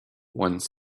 one